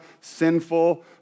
sinful